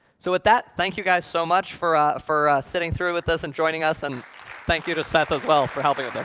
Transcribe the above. so with that, thank you, guys so much for ah for sitting through with us and joining us. and thank you to seth as well for helping